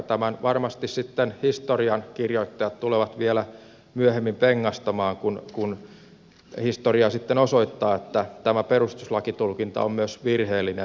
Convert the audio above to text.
tämän varmasti historiankirjoittajat tulevat vielä myöhemmin pengastamaan kun historia sitten osoittaa että tämä perustuslakitulkinta joka tähän liittyy on myös virheellinen